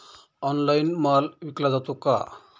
Online माल विकला जातो का?